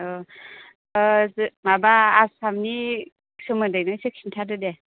माबा आसामनि सोमोन्दैनो इसे खिन्थादो दे